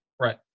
Right